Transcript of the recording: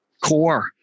core